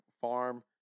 farm